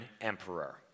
emperor